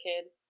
kid